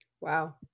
Wow